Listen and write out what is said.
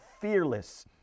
fearless